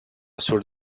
sur